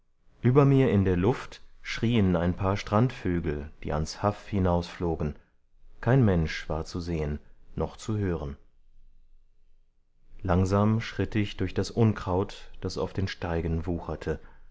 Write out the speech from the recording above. über mir in der luft schrien ein paar strandvögel die ans haff hinausflogen kein mensch war zu sehen noch zu hören langsam schritt ich durch das unkraut das auf den steigen wucherte